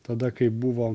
tada kai buvo